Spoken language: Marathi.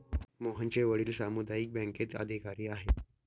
मोहनचे वडील सामुदायिक बँकेत अधिकारी आहेत